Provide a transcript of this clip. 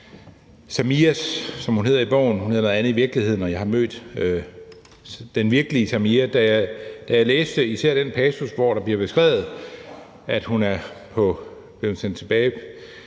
Samia, som hun hedder i bogen – hun hedder noget andet i virkeligheden, og jeg har mødt den virkelige Samia – især den passus, hvor det bliver beskrevet, at hun er blevet sendt tilbage